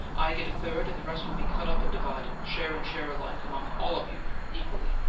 i get a third, and the rest will be cut up and divided, share and share alike, among all of you, equally.